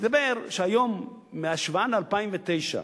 מסתבר שהיום, בהשוואה ל-2009,